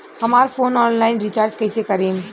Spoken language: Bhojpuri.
हमार फोन ऑनलाइन रीचार्ज कईसे करेम?